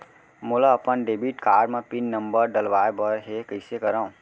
मोला अपन debit card म पिन नंबर डलवाय बर हे कइसे करव?